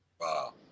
Wow